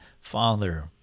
father